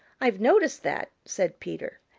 i've noticed that, said peter.